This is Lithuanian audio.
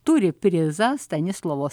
turi prizą stanislovo